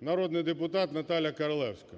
народний депутат Наталія Королевська.